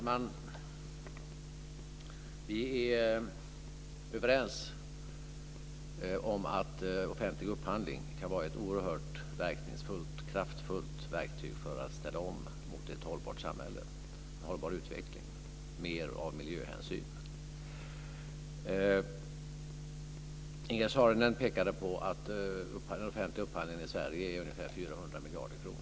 Fru talman! Vi är överens om att offentlig upphandling kan vara ett oerhört verkningsfullt och kraftfullt verktyg för att ställa om mot ett hållbart samhälle, en hållbar utveckling, mer av miljöhänsyn. Ingegerd Saarinen pekade på att den offentliga upphandlingen i Sverige är ungefär 400 miljarder kronor.